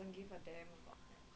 corona virus right